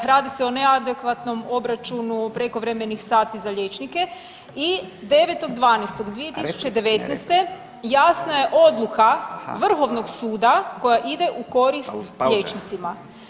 Radi se o neadekvatnom obračunu prekovremenih sati za liječnike i 9.12.2019. jasna je odluka Vrhovnog suda koja ide u korist liječnicima.